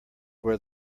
where